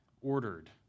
ordered